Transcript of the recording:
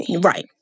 Right